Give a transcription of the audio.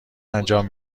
انجام